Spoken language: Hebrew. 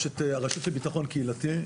יש הרשות לביטחון קהילתי,